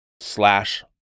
slash